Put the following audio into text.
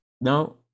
no